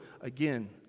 again